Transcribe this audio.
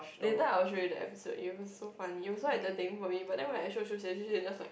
later I'll show you the episode it was so funny it was so entertaining for me but then I show Shu-Xian Shu-Xian is just like